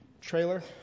trailer